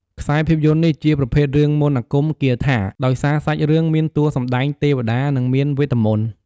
ខ្សែភាពយន្តនេះ ជាប្រភេទរឿងមន្ដអាគមគាថា ដោយសារសាច់រឿងមានតួសម្ដែងទេវតា និងមានវេទមន្ដ។